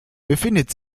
befindet